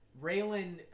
Raylan